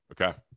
Okay